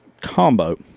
Combo